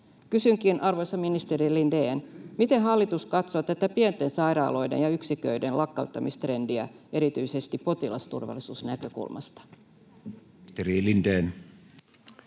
Kysynkin, arvoisa ministeri Lindén: miten hallitus katsoo tätä pienten sairaaloiden ja yksiköiden lakkauttamistrendiä erityisesti potilasturvallisuusnäkökulmasta?